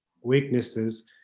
weaknesses